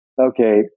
Okay